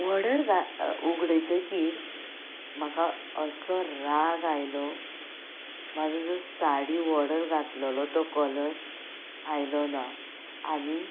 order घाल् उगडयतकीर म्हाका असो राग आयलो म्हाजो जो साडी वॉर्डर घातलेलो तो कलर आयलो ना आनी